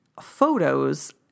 photos